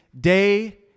day